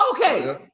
okay